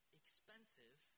expensive